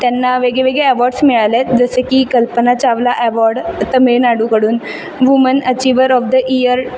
त्यांना वेगळेवेगळे अवॉर्ड्स मिळालेत जसे की कल्पना चावला अवॉर्ड तमिळनाडूकडून woman achiever of the year